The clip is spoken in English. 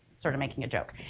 sort of making a joke.